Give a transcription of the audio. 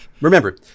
remember